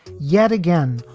yet again,